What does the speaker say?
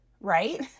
right